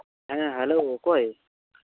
ᱦᱮᱸ ᱦᱮᱞᱳ ᱚᱠᱚᱭ